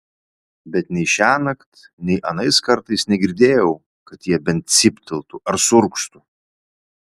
bet nei šiąnakt nei anais kartais negirdėjau kad jie bent cyptelėtų ar suurgztų